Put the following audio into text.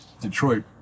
Detroit